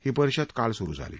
ही परिषद काल सुरु झाली